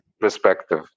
perspective